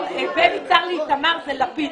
יואל לא, בין יצהר לאיתמר זה לפיד.